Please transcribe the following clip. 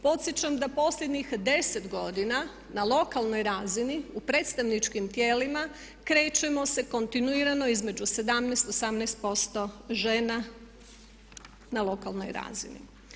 Podsjećam da posljednjih 10 godina na lokalnoj razini u predstavničkim tijelima krećemo se kontinuirano između 17, 18% žena na lokalnoj razini.